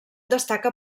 destaca